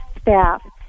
staff